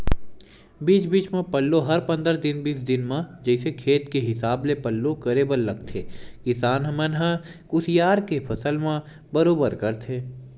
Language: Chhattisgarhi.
बीच बीच म पल्लो हर पंद्रह दिन बीस दिन म जइसे खेत के हिसाब ले पल्लो करे बर लगथे किसान मन ह कुसियार के फसल म बरोबर करथे